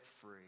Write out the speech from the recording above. free